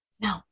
no